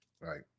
right